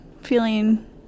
feeling